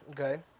Okay